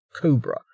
cobra